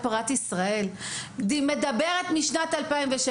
היא מדברת משנת 2006,